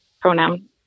pronoun